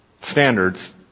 standards